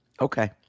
Okay